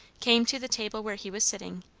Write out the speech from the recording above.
came to the table where he was sitting,